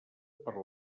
per